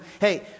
hey